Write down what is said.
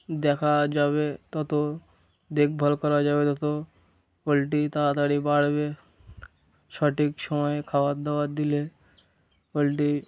দেখা যাবে তত দেখভাল করা যাবে তত পোলট্রি তাড়াতাড়ি বাড়বে সঠিক সময়ে খাবার দাবার দিলে পোলট্রির